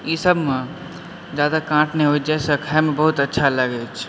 ई सबमे जादा काँट नै होइ छै जैसऽ खाइमे बहुत अच्छा लागैछ